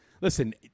listen